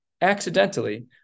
accidentally